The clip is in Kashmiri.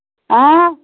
آ